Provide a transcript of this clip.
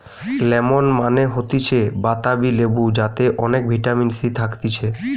lemon মানে হতিছে বাতাবি লেবু যাতে অনেক ভিটামিন সি থাকতিছে